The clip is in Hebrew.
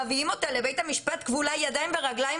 מביאים אותה לבית המשפט כבולה ידיים ורגליים.